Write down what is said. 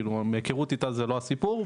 כאילו מהיכרות איתה זה לא הסיפור,